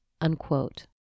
unquote